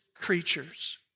creatures